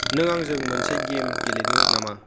नों आंजों मोनसे गेम गेलेनो नामा